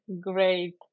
great